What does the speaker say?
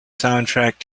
soundtrack